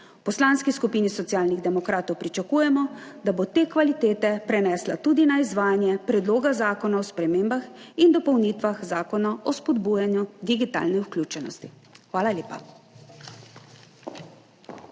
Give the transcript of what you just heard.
Poslanski skupini Socialnih demokratov pričakujemo, da bo te kvalitete prenesla tudi na izvajanje Predloga zakona o spremembah in dopolnitvah Zakona o spodbujanju digitalne vključenosti. Hvala lepa.